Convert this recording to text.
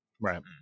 Right